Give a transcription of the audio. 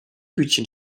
hütchen